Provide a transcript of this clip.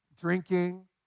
drinking